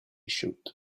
shoot